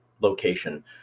location